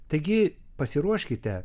taigi pasiruoškite